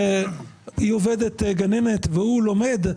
שהיא עובדת כגננת והוא לומד,